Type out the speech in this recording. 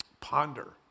Ponder